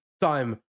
time